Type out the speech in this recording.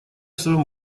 своем